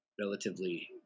relatively